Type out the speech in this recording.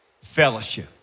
Fellowship